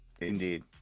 Indeed